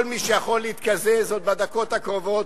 כל מי שיכול עוד להתקזז בדקות הקרובות,